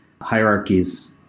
hierarchies